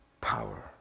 Power